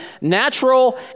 natural